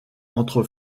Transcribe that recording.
entre